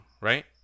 right